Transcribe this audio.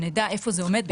שנדע איפה זה עומד.